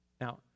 Now